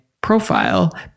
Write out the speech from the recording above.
profile